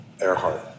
Earhart